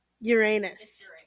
Uranus